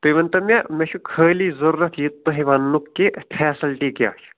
تُہۍ ؤنۍتو مےٚ مےٚ چھُ خٲلی ضوٚرَتھ یہِ تۄہہِ ونٛنُک کہِ فٮ۪سَلٹی کیٛاہ چھِ